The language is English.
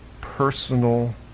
personal